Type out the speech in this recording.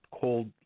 cold